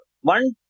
One